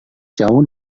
jauh